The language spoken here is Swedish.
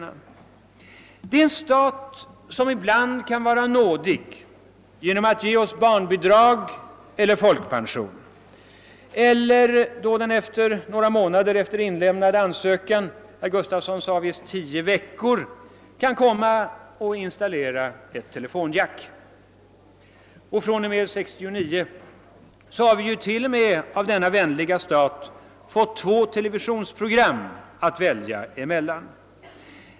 Det är en stat som ibland kan vara nådig genom att ge oss barnbidrag eller folkpension eller genom att några månader efter det att en ansökan härom lämnats in — herr Gustafson i Göteborg sade att det skulle komma att ta minst tio veckor — komma och installera ett telefonjack. Och från och med 1969 har vi till och med av denna vänliga stat fått två televisionsprogram att välja mellan.